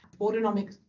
autonomic